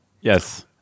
yes